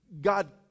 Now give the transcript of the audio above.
god